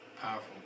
Powerful